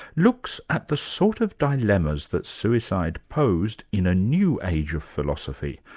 looks at the sort of dilemmas that suicide posed in a new age of philosophy,